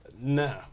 no